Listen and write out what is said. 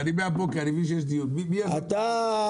ביקשתם את